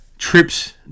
trips